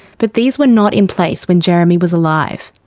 but these were not in place when jeremy was alive.